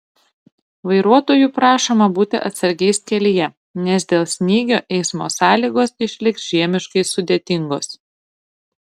vairuotojų prašoma būti atsargiais kelyje nes dėl snygio eismo sąlygos išliks žiemiškai sudėtingos